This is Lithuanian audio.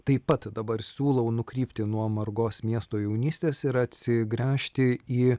taip pat dabar siūlau nukrypti nuo margos miesto jaunystės ir atsigręžti į